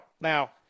Now